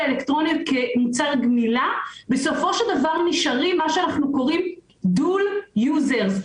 אלקטרונית כמוצר גמילה נשארים Dual Users,